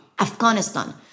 Afghanistan